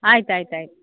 ಆಯ್ತು ಆಯ್ತು ಆಯ್ತು